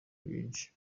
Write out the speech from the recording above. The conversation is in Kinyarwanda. byinshi